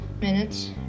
minutes